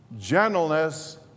Gentleness